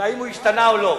אם הוא השתנה או לא.